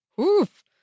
Oof